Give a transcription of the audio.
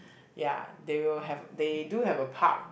ya they will have they do have a park